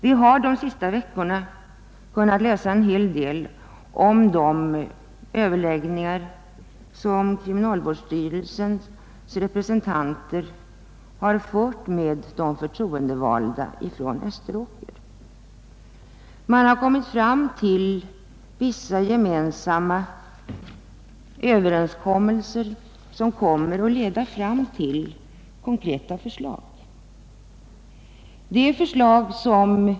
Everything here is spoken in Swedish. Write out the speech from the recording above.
Vi har under de senaste veckorna kunnat läsa en hel del om de överläggningar som kriminalvårdsstyrelsens representanter har fört med de förtroendevalda från Österåker. Man har kommit fram till vissa gemensamma överenskommelser, som kommer att leda till konkreta förslag.